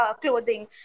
clothing